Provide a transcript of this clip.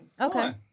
Okay